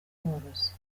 borozi